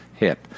Hit